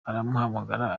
aramuhamagara